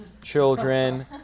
Children